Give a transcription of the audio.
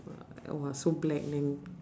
wa~ !wah! so black then